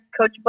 Coach